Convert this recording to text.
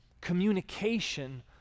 communication